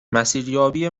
مسیریابی